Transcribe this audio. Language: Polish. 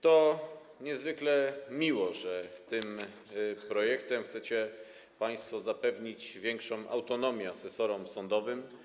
To niezwykle miłe, że tym projektem chcecie państwo zapewnić większą autonomię asesorom sądowym.